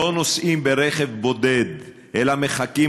לא נוסעים ברכב בודד אלא מחכים,